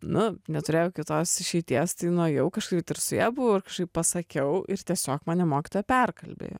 na neturėjau kitos išeities tai nuėjau kažkaip ar su ja buvau pasakiau ir tiesiog mane mokytoja perkalbėjo